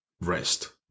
rest